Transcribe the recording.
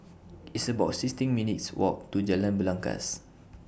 It's about sixteen minutes' Walk to Jalan Belangkas